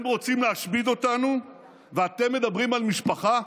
הם רוצים להשמיד אותנו ואתם מדברים על משפחה?